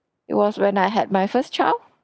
it was when I had my first child